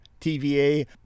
TVA